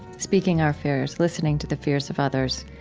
speaking our fears, listening to the fears of others,